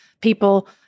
people